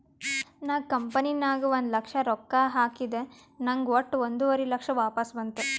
ನಾ ಕಂಪನಿ ನಾಗ್ ಒಂದ್ ಲಕ್ಷ ರೊಕ್ಕಾ ಹಾಕಿದ ನಂಗ್ ವಟ್ಟ ಒಂದುವರಿ ಲಕ್ಷ ವಾಪಸ್ ಬಂತು